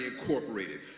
Incorporated